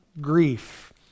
grief